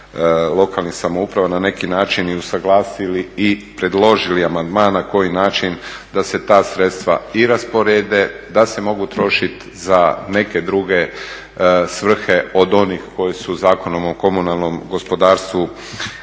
lokalnih samouprava na neki način i usuglasili i predložili amandman na koji način da se ta sredstva i rasporede, da se mogu trošiti za neke druge svrhe od onih koje su Zakonom o komunalnom gospodarstvu